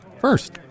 first